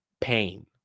pain